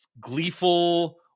gleeful